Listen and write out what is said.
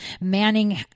Manning